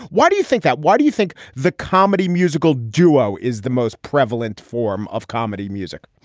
why do you think that? why do you think the comedy musical duo is the most prevalent form of comedy music?